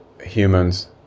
humans